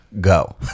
go